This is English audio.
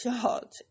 shot